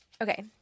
Okay